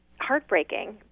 heartbreaking